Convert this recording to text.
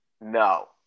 No